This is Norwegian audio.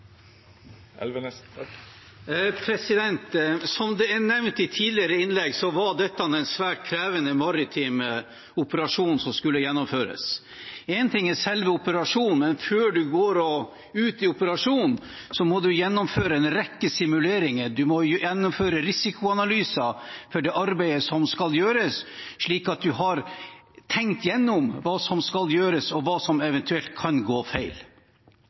Som det er nevnt i tidligere innlegg, var det en svært krevende maritim operasjon som skulle gjennomføres. Én ting er selve operasjonen, men før man går ut i operasjonen, må man gjennomføre en rekke simuleringer, man må gjennomføre risikoanalyser for det arbeidet som skal gjøres, slik at man har tenkt gjennom hva som skal gjøres, og hva som eventuelt kan gå